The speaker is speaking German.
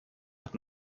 hat